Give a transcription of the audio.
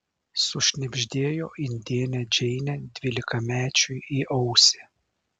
sušnibždėjo indėnė džeinė dvylikamečiui į ausį